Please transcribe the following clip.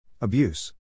Abuse